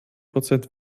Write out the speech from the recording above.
prozent